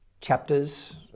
chapters